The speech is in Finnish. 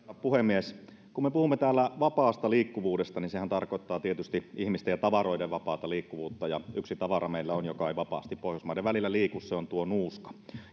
puhemies kun me puhumme täällä vapaasta liikkuvuudesta niin sehän tarkoittaa tietysti ihmisten ja tavaroiden vapaata liikkuvuutta ja yksi tavara meillä on joka ei vapaasti pohjoismaiden välillä liiku se on tuo nuuska